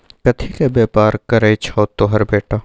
कथीक बेपार करय छौ तोहर बेटा?